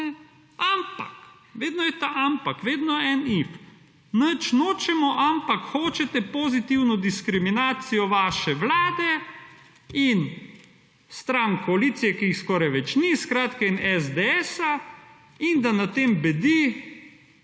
ampak… Vedno je ta ampak, vedno je en »if«. Nič nočemo, ampak hočete pozitivno diskriminacijo vaše vlade in strank koalicije, ki jih skoraj več ni skratka, in SDS in da nad tem bdi